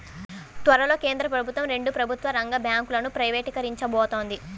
త్వరలో కేంద్ర ప్రభుత్వం రెండు ప్రభుత్వ రంగ బ్యాంకులను ప్రైవేటీకరించబోతోంది